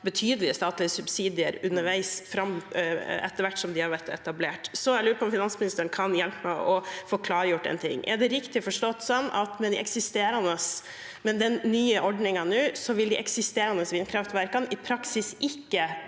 betydelige statlige subsidier underveis etter hvert som de har blitt etablert. Jeg lurer på om finansministeren kan hjelpe meg med å få klargjort en ting: Er det riktig forstått at med den nye ordningen vil de eksisterende vindkraftverkene i praksis nå ikke